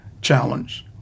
challenge